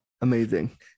Amazing